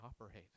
operate